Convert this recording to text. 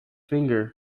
finger